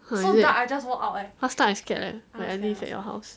ha is it last time I scared leh like I live at your house